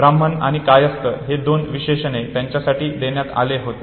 ब्राह्मण आणि कायस्थ हे दोन विशेषणे त्यांच्यासाठी देण्यात आले होते